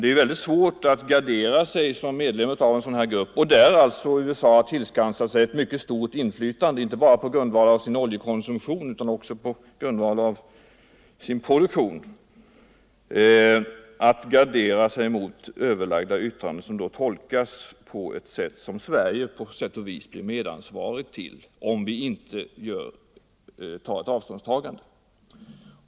Det är dock svårt att som medlem av en sådan här grupp, där USA har tillskansat sig ett mycket stort inflytande inte bara på grundval av sin oljeimport utan också för egen producerad konsumtion, gardera sig mot överlagda yttranden som kan tolkas så att vi i Sverige blir medansvariga, om vi inte tar avstånd från dem.